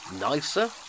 nicer